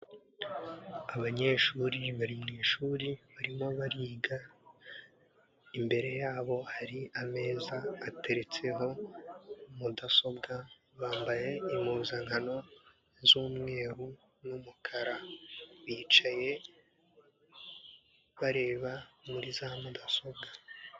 Abanyeshuri bari mu ishuri barimo bariga, imbere yabo hari ameza ateretseho mudasobwa, bambaye impuzankano z'umweru n'umukara, bicaye bareba muri za mudasobwa.